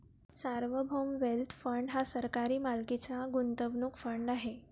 सार्वभौम wealth fund हा सरकारी मालकीचा गुंतवणूक फंड आहे